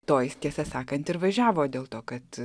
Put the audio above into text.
to jis tiesą sakant ir važiavo dėl to kad